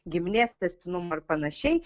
giminės tęstinumo ir panašiai